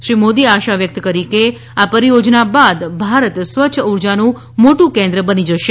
શ્રી મોદીએ આશા વ્યકત કરી હતી કે આ પરીયોજના બાદ ભારત સ્વચ્છ ઉર્જાનું મોટુ કેન્દ્ર બની જશે